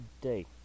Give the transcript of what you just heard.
day